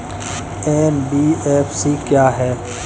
NBFC क्या है?